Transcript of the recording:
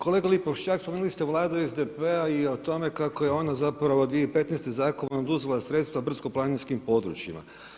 Kolega Lipovščak, spomenuli ste Vladu SDP-a i o tome kako je ona zapravo 2015. zakonom oduzela sredstva brdsko-planinskim područjima.